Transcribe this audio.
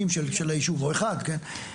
בכל מקרה,